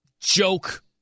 joke